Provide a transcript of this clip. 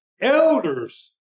elders